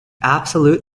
absolute